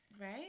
Right